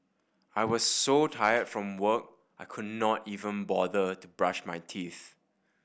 I was so tired from work I could not even bother to brush my teeth